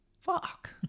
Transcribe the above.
fuck